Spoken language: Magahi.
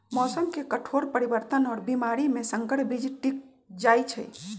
मौसम के कठोर परिवर्तन और बीमारी में संकर बीज टिक जाई छई